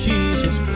Jesus